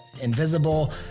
Invisible